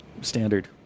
standard